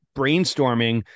brainstorming